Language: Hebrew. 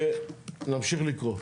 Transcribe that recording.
להמשיך לקרוא.